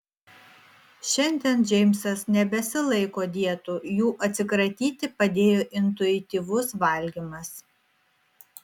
šiandien džeimsas nebesilaiko dietų jų atsikratyti padėjo intuityvus valgymas